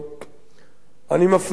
אני מפנה אותך אליו.